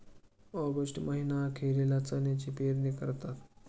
August महीना अखेरीला चण्याची पेरणी करतात